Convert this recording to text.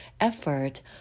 effort